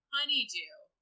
Honeydew